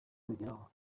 kugeraho